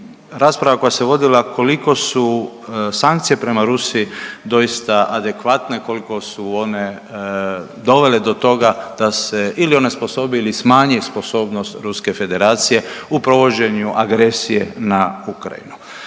rasprava koja se vodila koliko su sankcije prema Rusiji doista adekvatne, koliko su one dovele do toga da se ili onesposobi ili smanji sposobnost Ruske Federacije u provođenju agresije na Ukrajinu.